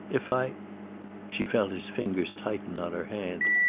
if i she felt his fingers tighten on her hand.